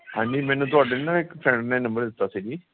ਹਾਂਜੀ ਮੈਨੂੰ ਤੁਹਾਡੇ ਨਾ ਇੱਕ ਫਰੈਂਡ ਨੰਬਰ ਦਿੱਤਾ ਸੀ ਜੀ